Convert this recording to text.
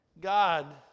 God